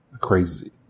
crazy